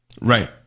Right